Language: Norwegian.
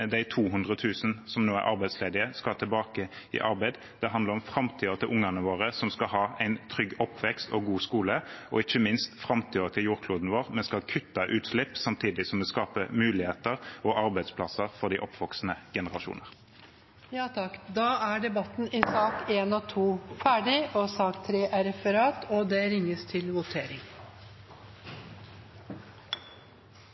de 200 000 som nå er arbeidsledige, skal tilbake i arbeid. Det handler om framtiden til ungene våre, som skal ha en trygg oppvekst og en god skole, og ikke minst framtiden til jordkloden vår. Vi skal kutte utslipp samtidig som vi skaper muligheter og arbeidsplasser for de oppvoksende generasjonene. Flere har ikke bedt om ordet til sakene nr. 1 og 2. Før Stortinget går til votering over sakene på dagens kart, får representanten Ingvild Kjerkol ordet til